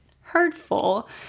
hurtful